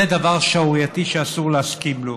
זה דבר שערורייתי שאסור להסכים לו.